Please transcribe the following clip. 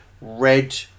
red